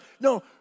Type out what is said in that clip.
No